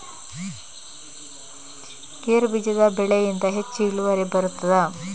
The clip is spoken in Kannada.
ಗೇರು ಬೀಜದ ಬೆಳೆಯಿಂದ ಹೆಚ್ಚು ಇಳುವರಿ ಬರುತ್ತದಾ?